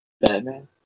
Batman